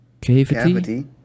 cavity